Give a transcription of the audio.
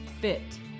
fit